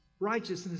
righteousness